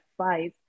advice